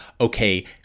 okay